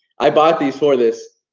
i bought these for this.